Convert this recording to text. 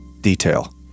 detail